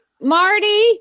Marty